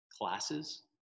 classes